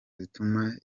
zituma